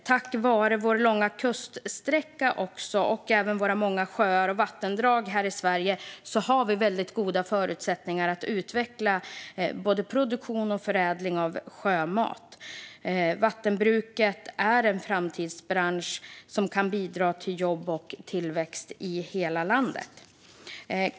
Tack vare vår långa kuststräcka och även våra många sjöar och vattendrag i Sverige har vi väldigt goda förutsättningar att utveckla både produktion och förädling av sjömat. Vattenbruket är en framtidsbransch som kan bidra till jobb och tillväxt i hela landet.